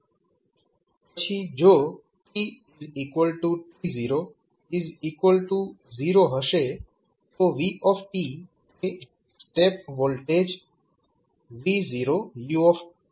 પછી જો tt0 0 હશે તો v એ સ્ટેપ વોલ્ટેજ V0u છે